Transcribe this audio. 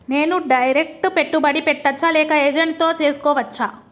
నేను డైరెక్ట్ పెట్టుబడి పెట్టచ్చా లేక ఏజెంట్ తో చేస్కోవచ్చా?